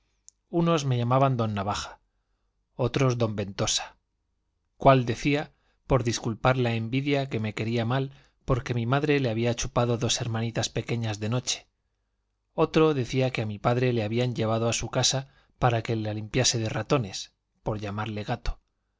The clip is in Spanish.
unos me llamaban don navaja otros don ventosa cuál decía por disculpar la invidia que me quería mal porque mi madre le había chupado dos hermanitas pequeñas de noche otro decía que a mi padre le habían llevado a su casa para que la limpiase de ratones por